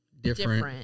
different